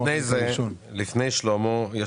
לפני שלמה,